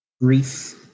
grief